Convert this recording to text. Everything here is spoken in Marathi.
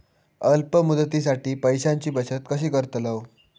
अल्प मुदतीसाठी पैशांची बचत कशी करतलव?